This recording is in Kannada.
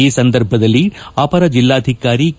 ಈ ಸಂದರ್ಭದಲ್ಲಿ ಅಪರ ಜಿಲ್ಲಾಧಿಕಾರಿ ಕೆ